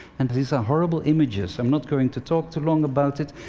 and these are horrible images. i'm not going to talk too long about it,